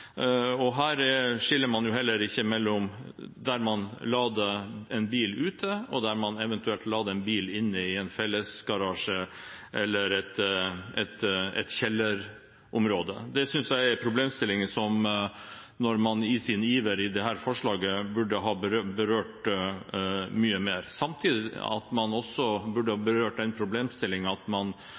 Her skiller man heller ikke mellom det å lade en bil ute og det å lade en bil inne i en fellesgarasje eller et kjellerområde. Det synes jeg er en problemstilling som man i sin iver med dette forslaget, burde har berørt mye mer. Samtidig burde man også ha berørt den problemstilling at man